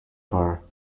car